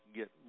get